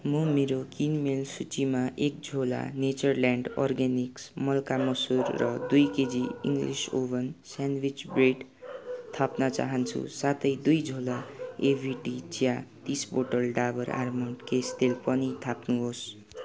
म मेरो किनमेल सूचीमा एक झोला नेचरल्यान्ड अर्गानिक्स मल्का मसुर र दुई KG English oven sandwich bread थाप्न चाहन्छु साथै दुई झोला एबिटी चिया तिस बोटल डाबर आमोन्ड केश तेल पनि थाप्नुहोस्